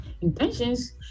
Intentions